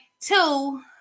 two